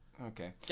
Okay